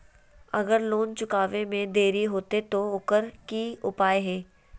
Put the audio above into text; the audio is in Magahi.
अगर लोन चुकावे में देरी होते तो ओकर की उपाय है?